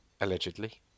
allegedly